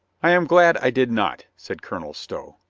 i am glad i did not, said colonel stow.